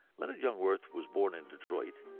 leonard jungwirth was born in detroit.